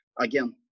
Again